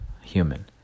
human